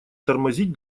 тормозить